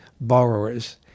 borrowers